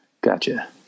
Gotcha